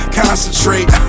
concentrate